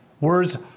Words